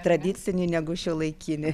tradicinį negu šiuolaikinį